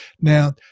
Now